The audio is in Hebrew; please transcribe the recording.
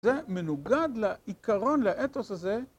זה מנוגד לעיקרון, לאתוס הזה